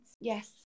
Yes